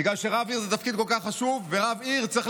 בגלל שרב עיר הוא תפקיד כל כך חשוב,